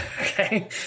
Okay